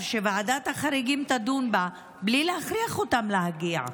וועדת החריגים תדון בה בלי להכריח אותם להגיע.